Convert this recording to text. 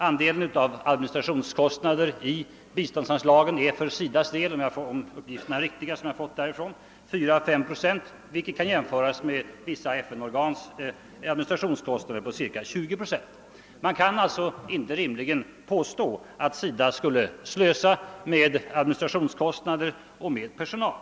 Andelen av administrationskostnaderna i biståndsanslagen är för SIDA:s del — om de uppgifter jag fått är riktiga — 4 å 5 procent, vilket kan jämföras med vissa FN-organs administrationskostnader med cirka 20 procent. Man kan alltså inte rimligen påstå att SIDA skulle slösa med administrationskostnader och personal.